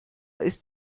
ist